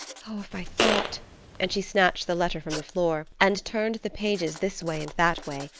oh, if i thought and she snatched the letter from the floor and turned the pages this way and that way,